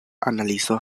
analizo